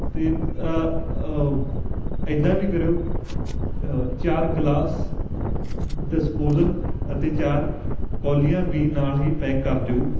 ਅਤੇ ਐਦਾਂ ਵੀ ਕਰਿਓ ਚਾਰ ਗਲਾਸ ਡਿਸਪੋਜਲ ਅਤੇ ਚਾਰ ਕੌਲੀਆਂ ਵੀ ਨਾਲ ਹੀ ਪੈਕ ਕਰ ਦਿਓ